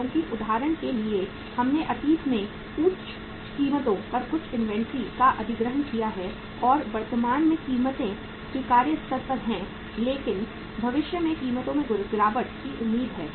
क्योंकि उदाहरण के लिए हमने अतीत में उच्च कीमतों पर कुछ इन्वेंट्री का अधिग्रहण किया है और वर्तमान में कीमतें स्वीकार्य स्तर पर हैं लेकिन भविष्य में कीमतों में गिरावट की उम्मीद है